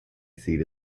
seat